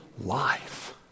life